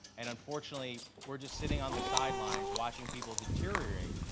and unfortunately, we're just sitting on the side lines watching people deteriorate.